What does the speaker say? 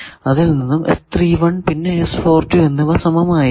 അതിൽ നിന്നും പിന്നെ എന്നിവ സമമായിരിക്കണം